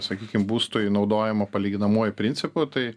sakykim būstui naudojamą palyginamuoju principu tai